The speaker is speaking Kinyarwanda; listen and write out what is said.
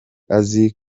azi